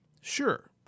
Sure